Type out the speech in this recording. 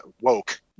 woke